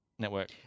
Network